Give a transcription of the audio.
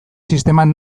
sisteman